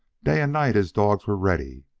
day and night his dogs were ready,